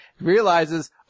realizes